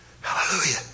Hallelujah